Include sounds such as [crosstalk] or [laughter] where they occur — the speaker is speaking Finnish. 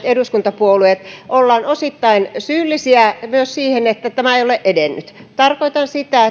[unintelligible] eduskuntapuolueet myös olemme osittain syyllisiä siihen että tämä ei ole edennyt tarkoitan sitä [unintelligible]